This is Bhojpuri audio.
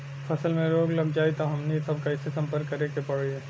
फसल में रोग लग जाई त हमनी सब कैसे संपर्क करें के पड़ी?